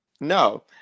No